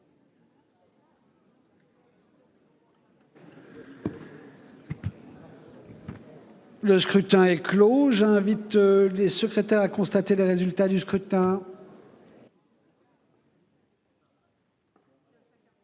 Le scrutin est clos. J'invite Mmes et MM. les secrétaires à constater le résultat du scrutin.